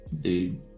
Dude